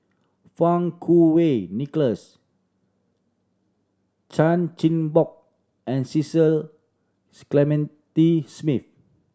Fang Kuo Wei Nicholas Chan Chin Bock and Cecil Clementi Smith